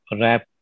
rap